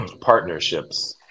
partnerships